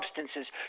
substances